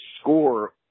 score